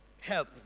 help